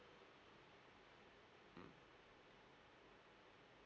mm